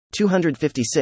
256